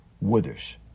Withers